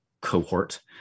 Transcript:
cohort